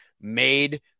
made